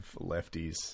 lefties